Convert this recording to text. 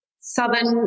southern